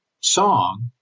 song